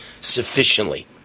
sufficiently